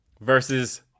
versus